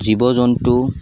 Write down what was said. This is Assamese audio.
জীৱ জন্তু